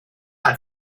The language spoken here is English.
not